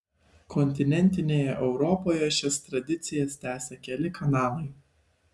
kontinentinėje europoje šias tradicijas tęsia keli kanalai